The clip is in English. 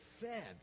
fed